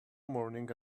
morning